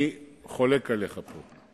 אני חולק עליך פה.